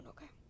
Okay